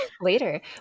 Later